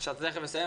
שאתה תיכף יוצא,